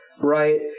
right